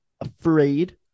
afraid